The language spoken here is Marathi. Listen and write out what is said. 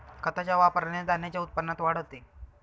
खताच्या वापराने धान्याच्या उत्पन्नात वाढ होते